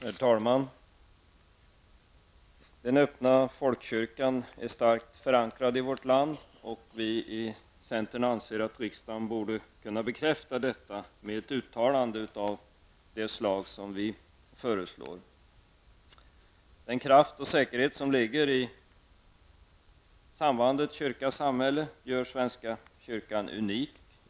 Herr talman! Den öppna folkkyrkan är starkt förankrad i vårt land, och vi i centern anser att riksdagen borde kunna bekräfta detta med ett uttalande av det slag som vi föreslår. Den kraft och säkerhet som ligger i sambandet kyrka--samhälle gör svenska kyrkan unik.